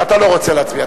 אתה לא רוצה להצביע.